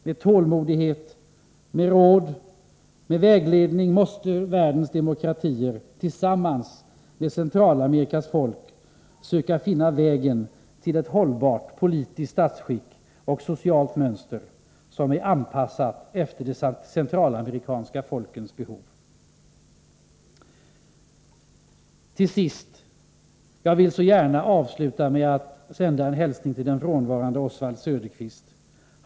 Med tålmodighet, råd och vägledning måste världens demokratier tillsammans med Centralamerikas folk försöka finna vägen till ett hållbart politiskt statsskick och ett socialt mönster, som är anpassat efter de centralamerikanska folkens behov. Till sist, jag vill så gärna avsluta med att sända en hälsning till den frånvarande Oswald Söderqvist.